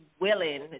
willing